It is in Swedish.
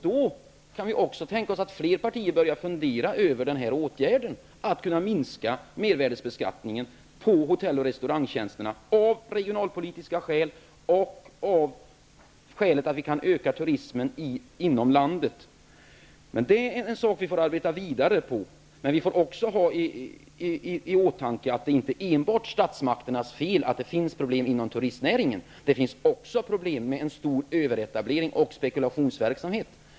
Då kan det tänkas att fler partier börjar fundera över åtgärden att minska mervärdebeskattningen av hotell och restaurangtjänsterna, av regionalpolitiska skäl och av skälet att vi då kan öka turismen inom landet. Detta är en sak som vi får arbeta vidare på, men vi får också ha i åtanke att det inte enbart är statsmakternas fel att det finns problem inom turistnäringen. Det finns en stor överetablering och spekulationsverksamhet.